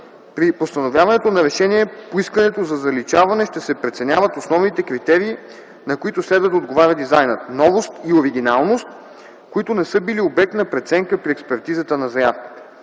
При постановяването на решение по искането за заличаване ще се преценяват основните критерии, на които следва да отговаря дизайнът – новост и оригиналност, които не са били обект на преценка при експертизата на заявката.